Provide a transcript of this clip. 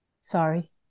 Sorry